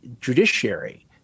judiciary